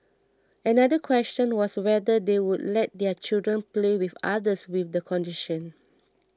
another question was whether they would let their children play with others with the condition